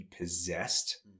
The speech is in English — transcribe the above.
possessed